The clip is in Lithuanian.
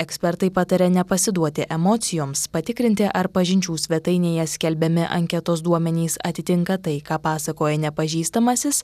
ekspertai pataria nepasiduoti emocijoms patikrinti ar pažinčių svetainėje skelbiami anketos duomenys atitinka tai ką pasakoja nepažįstamasis